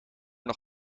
nog